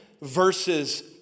verses